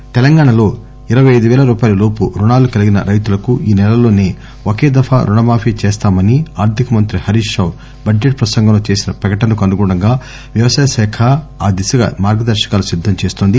రుణ మాఫీ తెలంగాణాలో ఇరపై అయిదు పేల రూపాయల లోపు రుణాలు కలిగిన రైతులకు ఈ నెలలోసే ఒకే దఫా రుణమాఫీ చేస్తామని ఆర్లిక మంత్రి హరీష్ రావు బడ్జెట్ ప్రసంగంలో చేసిన ప్రకటనకు అనుగుణంగా వ్యవసాయ శాఖ ఆ దిశగా మార్గదర్శకాలు సిద్దం చేస్తోంది